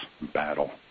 battle